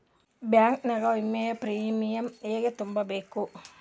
Bank ನಾಗ ವಿಮೆಯ premium ಹೆಂಗ್ ತುಂಬಾ ಬೇಕ್ರಿ?